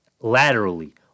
laterally